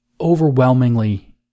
overwhelmingly